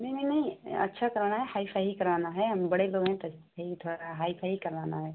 नहीं नहीं नहीं अच्छा करवाना है हाइ फ़ाइ ही करवाना है हम बड़े लोग हैँ तो ही थोड़ा हाइफाइ ही करवाना है